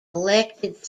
elected